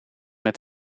met